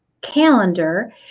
calendar